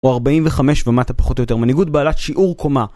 או 45 ומטה פחות או יותר, מנהיגות בעלת שיעור קומה.